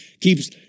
keeps